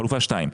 חלופה 2,